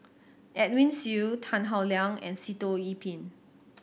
Edwin Siew Tan Howe Liang and Sitoh Yih Pin